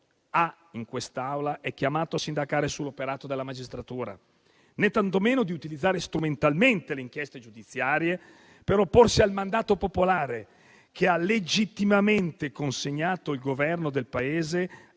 noi in quest'Aula è chiamato a sindacare sull'operato della magistratura, né tantomeno a utilizzare strumentalmente le inchieste giudiziarie per opporsi al mandato popolare, che ha legittimamente consegnato il Governo del Paese